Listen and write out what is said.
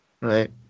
Right